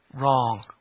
wrong